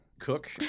cook